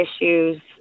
issues